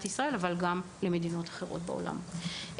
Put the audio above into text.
ישראל וגם עבור מדינות אחרות בעולם.